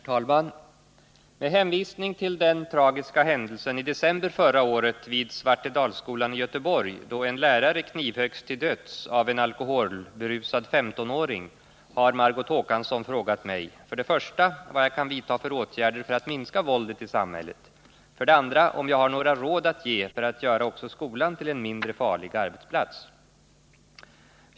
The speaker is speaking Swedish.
Herr talman! Med hänvisning till den tragiska händelsen i december förra året vid Svartedalsskolan i Göteborg då en lärare knivhöggs till döds av en alkoholberusad 15-åring har Margot Håkansson frågat mig 1. vad jag kan vidta för åtgärder för att minska våldet i samhället, 2. om jag har några råd att ge för att göra också skolan till en mindre farlig arbetsplats.